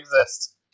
exist